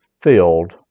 filled